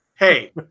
Hey